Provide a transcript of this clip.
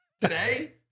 Today